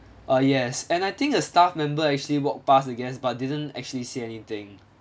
ah yes and I think a staff member actually walked past the guest but didn't actually say anything